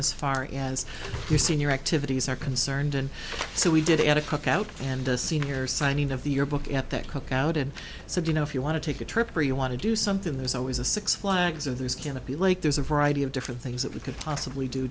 as far as your senior activities are concerned and so we did a had a cookout and a senior signing of the your book at that cookout and so you know if you want to take a trip or you want to do something there's always a six flags of there's going to be like there's a variety of different things that we could possibly do